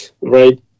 right